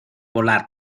volar